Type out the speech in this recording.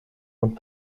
und